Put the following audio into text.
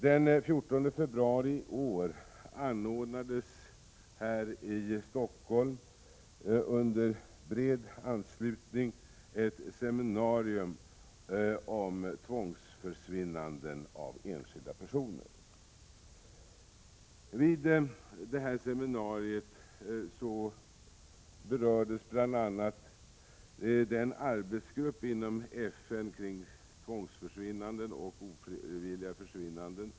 Den 14 februari i år anordnades här i Stockholm, under bred anslutning, ett seminarium om enskilda personers tvångsförsvinnanden. Vid detta seminarium berördes bl.a. den arbetsgrupp inom FN som undersöker tvångsförsvinnanden och ofrivilliga försvinnanden.